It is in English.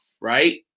right